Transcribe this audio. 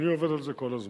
אני עובד על זה כל הזמן,